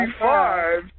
five